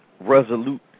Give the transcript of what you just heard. resolute